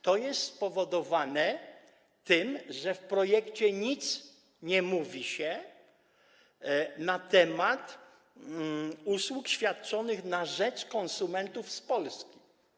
To jest spowodowane tym, że w projekcie nic nie mówi się na temat usług świadczonych na rzecz konsumentów z Polski.